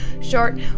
short